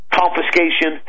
confiscation